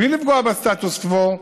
בלי לפגוע בסטטוס קוו,